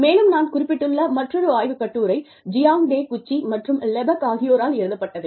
மேலும் நான் குறிப்பிட்டுள்ள மற்றொரு ஆய்வுக் கட்டுரை ஜியாங் டேகுச்சி மற்றும் லெபக் ஆகியோரால் எழுதப்பட்டது